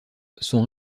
son